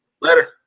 Later